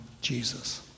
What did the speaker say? Jesus